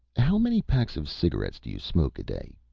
how many packs of cigarettes do you smoke a day?